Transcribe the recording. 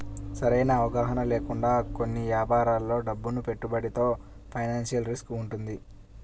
సరైన అవగాహన లేకుండా కొన్ని యాపారాల్లో డబ్బును పెట్టుబడితో ఫైనాన్షియల్ రిస్క్ వుంటది